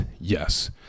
Yes